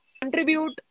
contribute